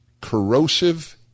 corrosive